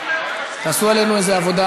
תעשו עלינו איזו עבודה,